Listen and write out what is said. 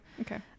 Okay